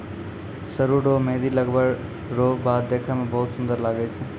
सरु रो मेंहदी लगबै रो बाद देखै मे बहुत सुन्दर लागै छै